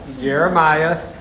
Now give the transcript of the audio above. Jeremiah